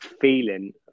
feeling